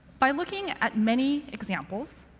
by looking at many examples,